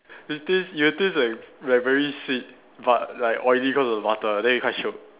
you'll taste you'll taste like like very sweet but like oily cause of the butter then it's quite shiok